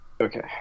Okay